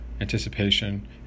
anticipation